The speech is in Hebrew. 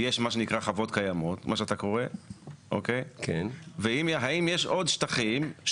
מה שאתה קורא לו חוות קיימות; והאם יש עוד שטחים.